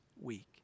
week